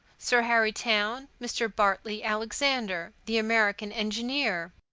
sir harry towne, mr. bartley alexander, the american engineer.